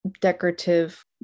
decorative